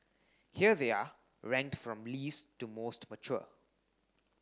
here they are ranked from least to most mature